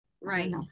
Right